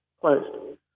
closed